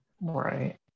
Right